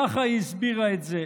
ככה היא הסבירה את זה: